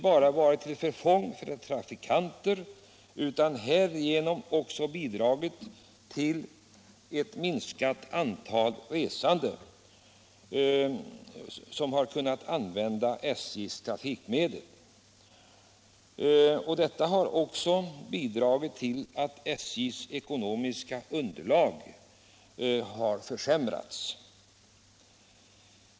har varit till förfång för trafikanterna, och ett minskat antal resande har kunnat använda SJ:s trafikmedel. Detta har också bidragit till att SJ:s ekonomiska underlag har försämrats.